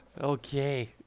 Okay